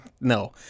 No